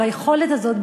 ביכולת הזאת,